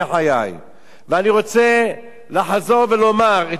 ואני רוצה לחזור ולומר את מה שאמרתי בעבר.